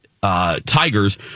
Tigers